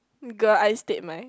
girl ai-stead-mai